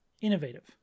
innovative